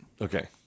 Okay